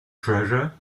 treasure